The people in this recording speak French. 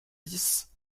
dix